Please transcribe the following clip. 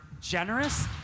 generous